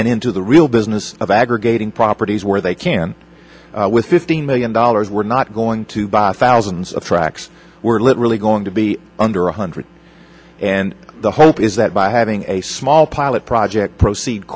and into the real business of aggregating properties where they can with fifteen million dollars we're not going to buy thousands of tracks we're literally going to be under one hundred and the hope is that by having a small pilot project proceed